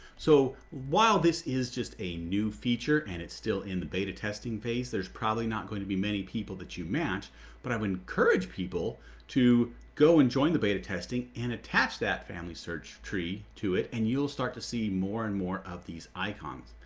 so while this is just a new feature and it's still in the beta testing phase there's probably not going to be many people that you match but i would encourage people to go and join the beta testing and attach that family search tree to it and you'll start to see more and more of these icons.